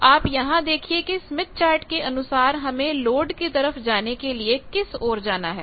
तो आप यहां देखिए कि स्मिथ चार्ट के अनुसार हमें लोड की तरफ जाने के लिए किस ओर जाना है